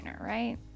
right